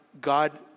God